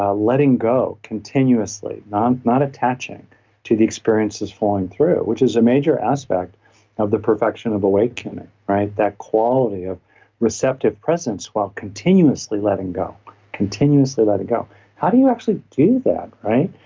ah letting go continuously, not not attaching to the experiences following through, which is a major aspect of the perfection of awakening, right? that quality of receptive presence while continuously letting go continuously let it go how do you actually do that? right?